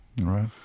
right